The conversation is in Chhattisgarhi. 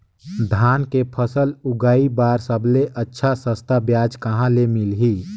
धान के फसल उगाई बार सबले अच्छा सस्ता ब्याज कहा ले मिलही?